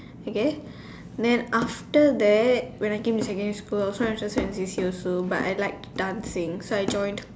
okay then after that when I think in secondary school I think it was secondary school I like dancing so I joined